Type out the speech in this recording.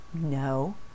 No